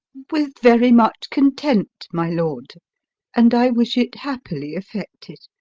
with very much content, my lord and i wish it happily effected.